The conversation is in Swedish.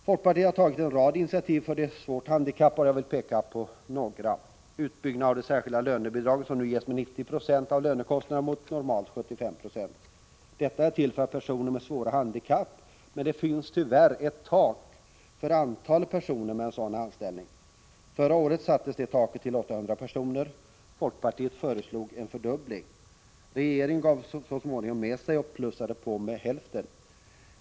Folkpartiet har tagit en rad initiativ för de svårt handikappade. Jag vill peka på några. Ett initiativ är utbyggnaden av systemet med anställning med särskilda lönebidrag, som nu är 90 26 av lönekostnaden mot normalt 75 26. Systemet är till för personer med svåra handikapp, men det finns tyvärr ett tak för antalet personer som får sådan anställning. Förra året sattes taket till 800 personer. Folkpartiet föreslog en fördubbling. Regeringen gav så småningom med sig och plussade på med hälften.